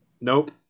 Nope